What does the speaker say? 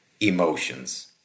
emotions